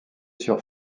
sur